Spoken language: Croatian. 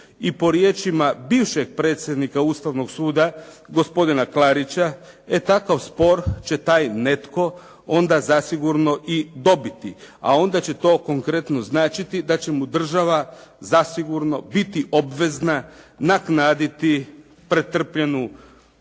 i po riječima bivšeg predsjednika Ustavnog suda, gospodina Klarića, e takav spor će taj netko onda zasigurno i dobiti. A onda će to konkretno značiti da će mu država zasigurno biti obvezna naknaditi pretrpljenu štetu